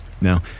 Now